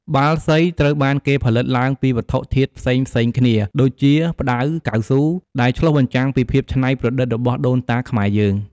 បាល់សីត្រូវបានគេផលិតឡើងពីវត្ថុធាតុផ្សេងៗគ្នា ដូចជា ផ្ដៅ កៅស៊ូ ឬផ្លែឈើស្ងួតមួយចំនួន ដែលឆ្លុះបញ្ចាំងពីភាពច្នៃប្រឌិតរបស់ដូនតាខ្មែរយើង។